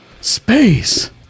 space